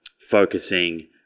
focusing